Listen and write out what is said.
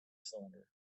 cylinder